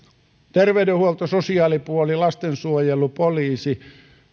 terveydenhuolto sosiaalipuoli lastensuojelu poliisi